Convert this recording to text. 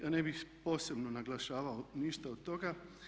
Ja ne bih posebno naglašavao ništa od toga.